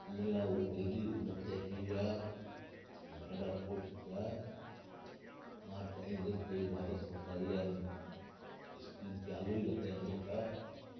इन लाइ उहे जल्दी मथे अची विया ॾाढा ख़ुशि थिया मां चाहींदुसि त इहा भारत सरकार इहा स्कीम चालू ई रखे हमेशह